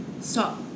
Stop